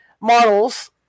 models